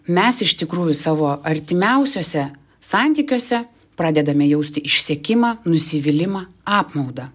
mes iš tikrųjų savo artimiausiuose santykiuose pradedame jausti išsekimą nusivylimą apmaudą